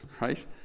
right